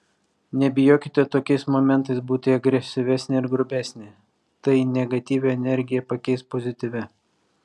nebijokite tokiais momentais būti agresyvesnė ir grubesnė tai negatyvią energiją pakeis pozityvia